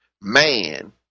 Man